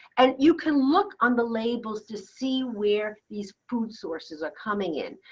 and you can look on the labels to see where these food sources are coming in.